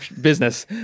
business